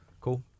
cool